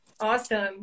Awesome